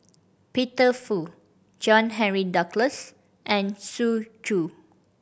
Peter Fu John Henry Duclos and Xu Zhu